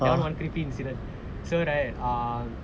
that [one] one creepy incident so right um